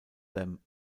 them